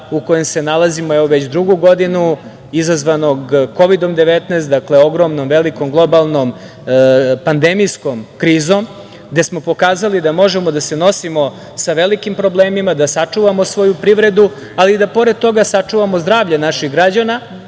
u kojem se nalazimo već drugu godinu, izazvanog Kovidom-19. Dakle, ogromnom, velikom, globalnom pandemijskom krizom, a gde smo pokazali da možemo da se nosimo sa velikim problemima, da sačuvamo svoju privredu, ali i da pored toga sačuvamo zdravlje naših građana,